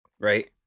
right